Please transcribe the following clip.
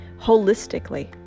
holistically